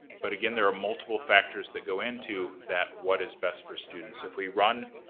but again, there are multiple factors that go into that what is best for students. if we run,